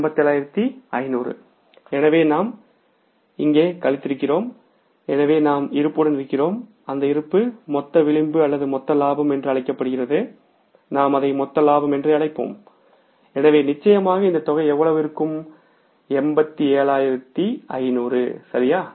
87500 எனவே இதை நாம் இங்கே கழித்திருக்கிறோம் எனவே நாம் இருப்புடன் இருக்கிறோம் அந்த இருப்பு மொத்த விளிம்பு அல்லது மொத்த லாபம் என்று அழைக்கப்படுகிறது நாம் அதை மொத்த லாபம் என்று அழைப்போம் எனவே நிச்சயமாக இந்த தொகை எவ்வளவு இருக்கும் 87500 சரியா